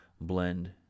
blend